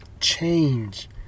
change